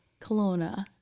Kelowna